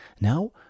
Now